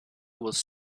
was